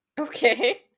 Okay